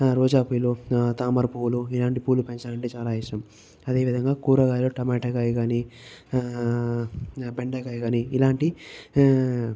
రోజా పూలు తామర పువ్వులు ఇలాంటి పూలు పెంచాలంటే చాలా ఇష్టం అదే విధంగా కూరగాయలు టమాటా కాయ కాని బెండకాయ కాని ఇలాంటివి